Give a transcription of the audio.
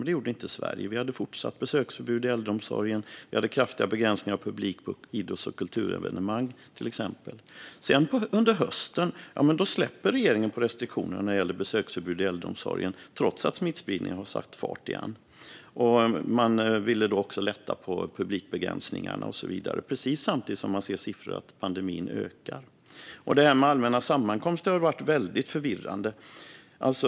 Det gjorde dock inte Sverige, utan vi hade fortsatt besöksförbud i äldreomsorgen och kraftiga begränsningar av publik på idrotts och kulturevenemang, till exempel. Under hösten släppte sedan regeringen på restriktionerna när det gällde besöksförbud i äldreomsorgen, trots att smittspridningen hade satt fart igen. Man ville då även lätta på publikbegränsningarna och så vidare, precis samtidigt som man såg siffror på att pandemin ökar. Det här med allmänna sammankomster har varit väldigt förvirrande.